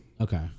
Okay